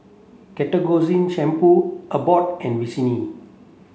Ketoconazole Shampoo Abbott and Vichy